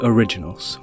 Originals